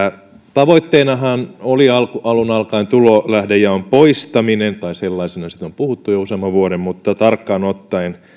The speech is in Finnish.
tavoitteenahan oli alun alkaen tulolähdejaon poistaminen tai sellaisena siitä on puhuttu jo useamman vuoden mutta tarkkaan ottaen